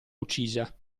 uccisa